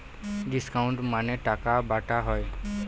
discount মানে টাকা বাটা হয়